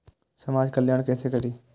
समाज कल्याण केसे करी?